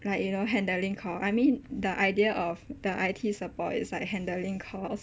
like you know handling call I mean the idea of the I_T support is like handling calls